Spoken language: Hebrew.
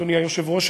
אדוני היושב-ראש,